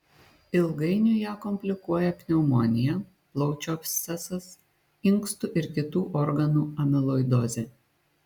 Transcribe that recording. ilgainiui ją komplikuoja pneumonija plaučių abscesas inkstų ir kitų organu amiloidozė